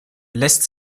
lässt